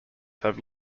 have